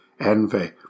Envy